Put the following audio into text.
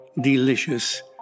delicious